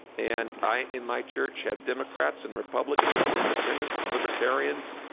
and i, in my church, have democrats and republicans and independents and libertarians,